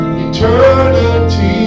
eternity